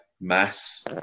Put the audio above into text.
mass